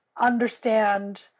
understand